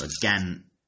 again